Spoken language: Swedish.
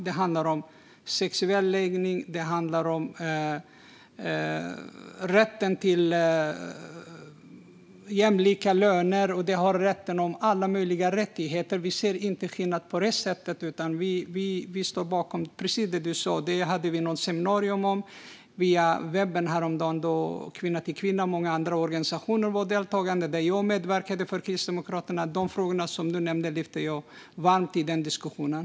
Det handlar om sexuell läggning, rätten till jämlika löner och alla möjliga rättigheter. Kristdemokraterna ser ingen skillnad där utan står bakom det precis som du. Vi hade ett seminarium via webben om detta häromdagen, där Kvinna till Kvinna och många andra organisationer deltog och där jag medverkade från Kristdemokraterna. De frågor som du nämnde lyfte jag upp varmt i diskussionen.